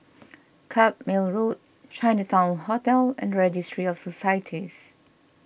Carpmael Road Chinatown Hotel and Registry of Societies